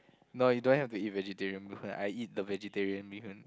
no you don't have to eat vegetarian bee hoon I eat the vegetarian bee hoon